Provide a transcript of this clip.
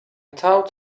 thought